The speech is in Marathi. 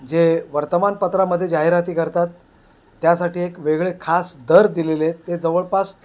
जे वर्तमानपत्रामध्ये जाहिराती करतात त्यासाठी एक वेगळे खास दर दिलेले आहेत ते जवळपास